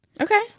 Okay